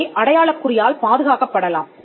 அவை அடையாளக் குறியால் பாதுகாக்கப் படலாம்